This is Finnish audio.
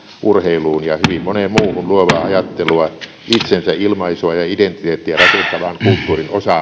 urheiluun ja hyvin moneen muuhun luovaa ajattelua itsensä ilmaisua ja identiteettiä rakentavaan kulttuurin osa